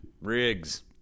Riggs